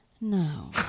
No